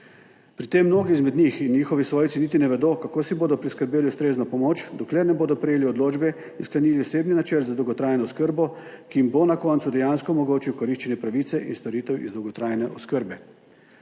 Pri tem mnogi izmed njih in njihovi svojci niti ne vedo, kako si bodo priskrbeli ustrezno pomoč, dokler ne bodo prejeli odločbe in sklenili osebni načrt za dolgotrajno oskrbo, ki jim bo na koncu dejansko omogočil koriščenje pravice in storitev iz dolgotrajne oskrbe.